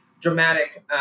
dramatic